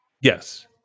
Yes